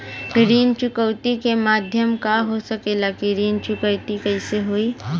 ऋण चुकौती के माध्यम का हो सकेला कि ऋण चुकौती कईसे होई?